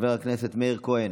חבר הכנסת מאיר כהן,